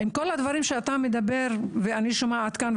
כל הדברים שאתה אומר ואני שומעת כאן,